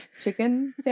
chicken